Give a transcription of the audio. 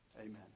Amen